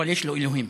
אבל יש לו אלוהים.